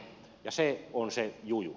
ja se on se juju